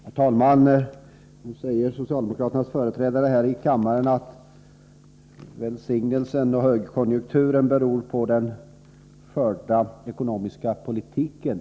Herr talman! Nu säger socialdemokraternas företrädare här i kammaren att välsignelsen och högkonjunkturen beror på den förda ekonomiska politiken.